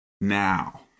now